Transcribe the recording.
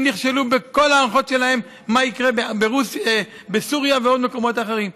הם נכשלו בכל ההערכות שלהם מה יקרה בסוריה ובעוד מקומות אחרים.